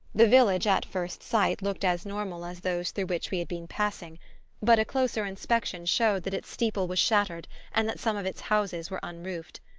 the village, at first sight, looked as normal as those through which we had been passing but a closer inspection showed that its steeple was shattered and that some of its houses were unroofed.